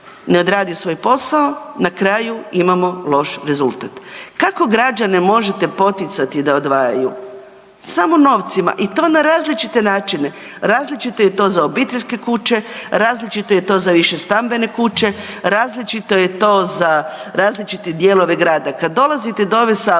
ne odradi svoj posao na kraju imamo loš rezultat. Kako građane možete poticati da odvajaju? Samo novcima i to na različite načine, različito je to za obiteljske kuće, različito je to za više stambene kuće, različito je to za različite dijelove grada. Kad dolazite do ove sabornice